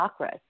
chakras